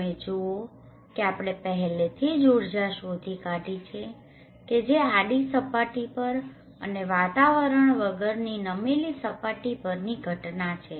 તમે જુઓ કે આપણે પહેલેથી જ ઊર્જા શોધી કાઢી છે કે જે આડી સપાટી પર અને વાતાવરણ વગરની નમેલી સપાટી પરની ઘટના છે